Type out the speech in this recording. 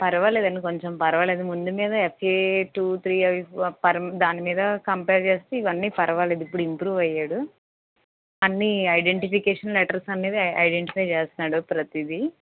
పరవాలేదండి కొంచెం పర్వాలేదు ముందు మీద ఎఫ్ఏ టూ త్రీ దాని మీద కంపేర్ చేస్తే ఇప్పుడు ఇంప్రూవ్ అయ్యాడు అన్నీ ఐడెంటిఫికేషన్ లెటర్స్ అనేది ఐడెంటిఫై చేస్తన్నాడు ప్రతిది